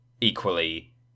equally